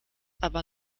aber